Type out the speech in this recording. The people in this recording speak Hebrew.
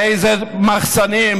באיזה מחסנים,